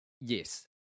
yes